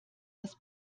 das